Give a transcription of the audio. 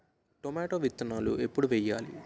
Tomato విత్తనాలు ఎప్పుడు వెయ్యాలి?